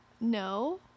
No